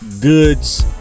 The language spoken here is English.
goods